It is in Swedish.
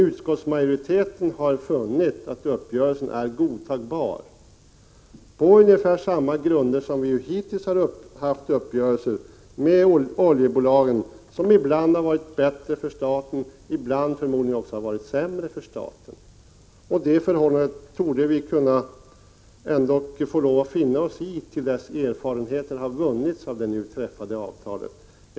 Utskottsmajoriteten har funnit att uppgörelsen är godtagbar på ungefär samma grunder som de uppgörelser vi hittills har haft med oljebolagen. Dessa har ibland varit bättre för staten och ibland förmodligen sämre för staten. Det förhållandet torde vi få lov att finna oss i till dess erfarenheter av det nu träffade avtalet har vunnits.